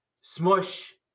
Smush